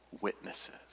witnesses